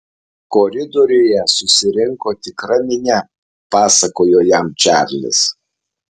koridoriuje susirinko tikra minia pasakojo jam čarlis